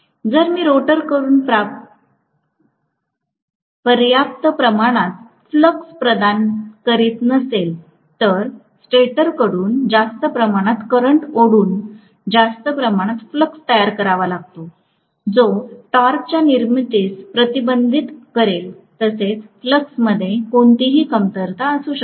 जर मी रोटरकडून पर्याप्त प्रमाणात फ्लक्स प्रदान करीत नसेल तर स्टॅटरकडून जास्त प्रमाणात करंट ओढून जास्त प्रमाणात फ्लक्स तयार करावा लागतो जो टॉर्कच्या निर्मितीस प्रतिबंधित करेल तसेच फ्लक्समध्ये कोणतीही कमतरता असू शकते